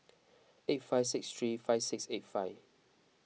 eight five six three five six eight five